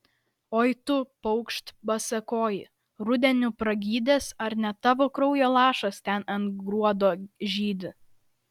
oi tu paukšt basakoji rudeniu pragydęs ar ne tavo kraujo lašas ten ant gruodo žydi